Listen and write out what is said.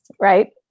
right